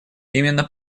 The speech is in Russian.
именно